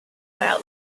while